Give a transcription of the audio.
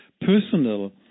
personal